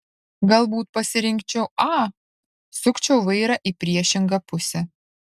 galbūt pasirinkčiau a sukčiau vairą į priešingą pusę